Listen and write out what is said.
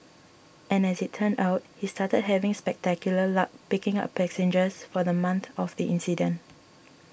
and as it turned out he started having spectacular luck picking up passengers for the month of the incident